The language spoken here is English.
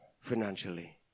financially